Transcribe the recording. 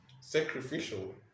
sacrificial